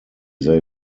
they